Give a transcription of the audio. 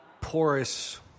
porous